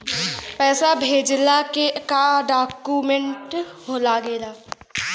पैसा भेजला के का डॉक्यूमेंट लागेला?